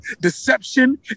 deception